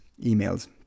emails